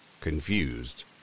Confused